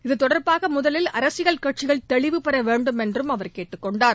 இதுதொடர்பாக முதலில் அரசியல் கட்சிகள் தெளிவுபெற வேண்டும் என்றும் அவர் கேட்டுக் கொண்டார்